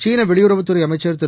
சீன வெளியுறவுத் துறை அமைச்சர் திரு